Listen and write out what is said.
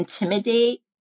intimidate